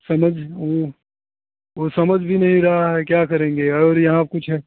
समझ ओ समझ भी नहीं रहा है क्या करेंगे और यहाँ कुछ है